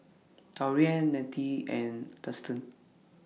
Taurean Nettie and Dustan